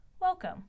welcome